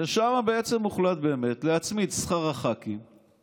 ושם בעצם הוחלט באמת להצמיד את שכר הח"כים